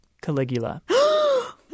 Caligula